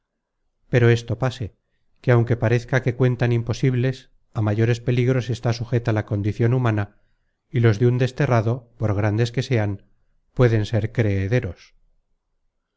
pero esto pase que aunque parezca que cuentan imposibles á mayores peligros está sujeta la condicion humana y los de un desterrado por grandes que sean pueden ser creederos